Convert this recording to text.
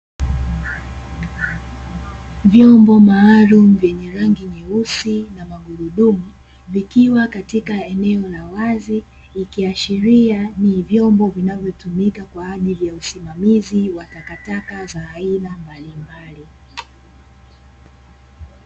Vyombo maalamu vyenye rangi nyeusi na magurudumu, vikiwa katika eneo la wazi, ikiashiria ni vyombo vinavyotumika kwa ajili ya usimamizi wa takataka za aina mbalimbali.